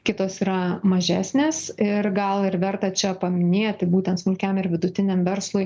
kitos yra mažesnės ir gal ir verta čia paminėti būtent smulkiam ir vidutiniam verslui